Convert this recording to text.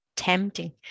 tempting